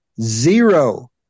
zero